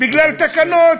בגלל תקנות.